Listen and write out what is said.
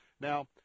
Now